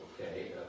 Okay